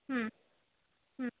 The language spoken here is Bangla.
হুম হুম